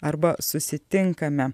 arba susitinkame